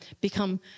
become